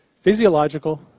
physiological